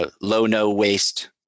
low-no-waste